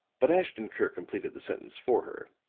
but ashton-kirk completed the sentence for her.